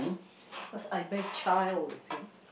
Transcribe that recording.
cause I bear child with him